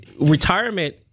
retirement